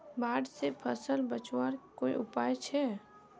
बाढ़ से फसल बचवार कोई उपाय छे?